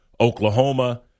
Oklahoma